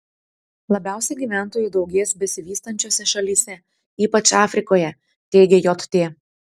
labiausiai gyventojų daugės besivystančiose šalyse ypač afrikoje teigia jt